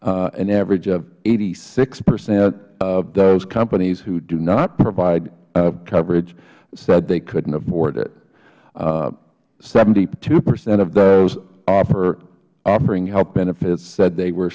an average of eighty six percent of those companies who do not provide coverage said they couldn't afford it seventy two percent of those offering health benefits said they were